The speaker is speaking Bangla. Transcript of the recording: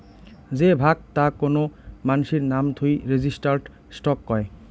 যে ভাগ তা কোন মানাসির নাম থুই রেজিস্টার্ড স্টক কয়